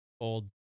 Old